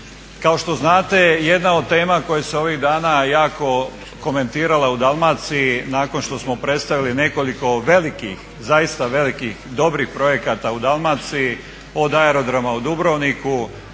Kao što znate jedna od tema koja se ovih dana jako komentirala u dalmaciji nakon što smo predstavili nekoliko velikih, zaista velikih dobrih projekata u Dalmaciji od aerodroma u Dubrovniku,